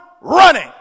running